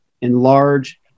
enlarge